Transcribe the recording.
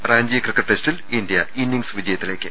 Ranchi cricket ടെസ്റ്റിൽ India innings വിജയത്തിലേക്ക്